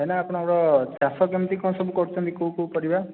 ଭାଇନା ଆପଣଙ୍କର ଚାଷ କେମିତି କ'ଣ ସବୁ କରୁଛନ୍ତି କେଉଁ କେଉଁ ପରିବା